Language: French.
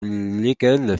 lesquels